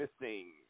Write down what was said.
missing